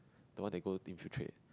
the one they go think fill track